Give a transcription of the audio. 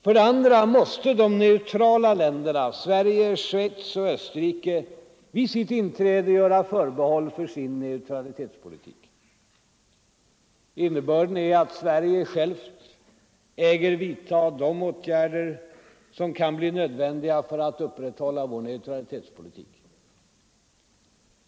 För det andra måste de neutrala länderna Sverige, Schweiz och Österrike vid sitt inträde göra förbehåll för sin neutralitetspolitik. Innebörden är att Sverige självt äger vidta de åtgärder som kan bli nödvändiga för att upprätthålla vår neutralitetspolitik.